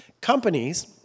companies